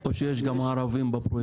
או שיש גם ערבים בפרויקט?